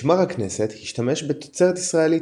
משמר הכנסת השתמש בתוצרת ישראלית.